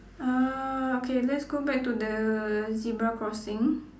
err okay let's go back to the zebra crossing